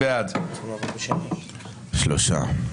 3 בעד,